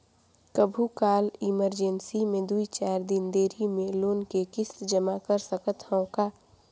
कभू काल इमरजेंसी मे दुई चार दिन देरी मे लोन के किस्त जमा कर सकत हवं का?